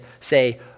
say